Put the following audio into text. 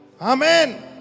Amen